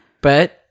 But-